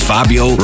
Fabio